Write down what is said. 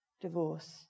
divorce